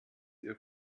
ihr